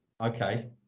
Okay